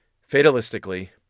fatalistically